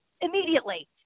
immediately